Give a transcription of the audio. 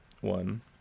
one